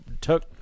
took